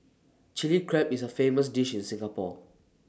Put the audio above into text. Chilli Crab is A famous dish in Singapore